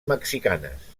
mexicanes